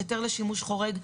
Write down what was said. היתר לשימוש חורג.